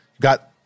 Got